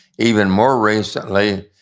even more recently,